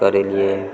करेलियै